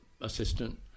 assistant